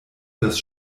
dass